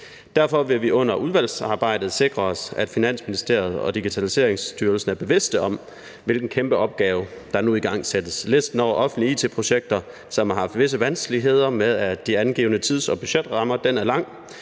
Derfor vil vi under udvalgsarbejdet sikre os, at Finansministeriet og Digitaliseringsstyrelsen er bevidste om, hvilken kæmpe opgave der nu igangsættes. Listen over offentlige it-projekter, som har haft visse vanskeligheder med de angivne tids- og budgetrammer, er lang.